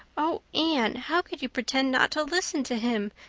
oh, anne, how could you pretend not to listen to him?